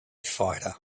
fighter